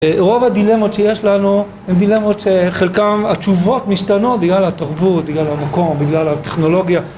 רוב הדילמות שיש לנו הם דילמות שחלקם התשובות משתנות בגלל התרבות, בגלל המקום, בגלל הטכנולוגיה